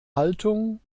haltung